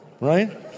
right